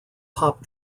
pop